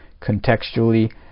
Contextually